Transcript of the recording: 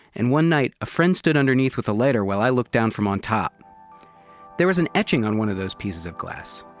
and one night a friend stood underneath with a letter while i looked down from on top there was an etching on one of those pieces of glass.